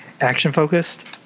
action-focused